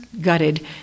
gutted